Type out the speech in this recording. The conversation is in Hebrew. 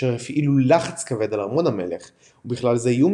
אשר הפעילו לחץ כבד על ארמון המלך ובכלל זה איום